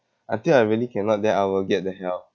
until I really cannot then I will get the help